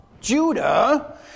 Judah